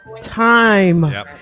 time